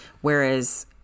Whereas